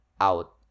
out